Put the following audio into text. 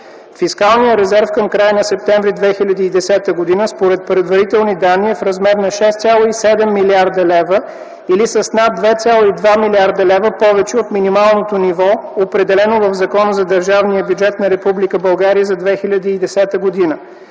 Фискалният резерв към края на м. септември 2010 г. според предварителни данни е в размер на 6,7 млрд. лв., или с над 2,2 млрд. лв. повече от минималното ниво, определено в Закона за държавния бюджет на Република